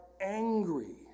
angry